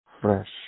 fresh